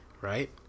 Right